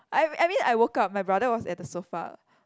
I I mean I woke up my brother was at the sofa